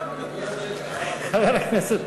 יש תקנון לכנסת,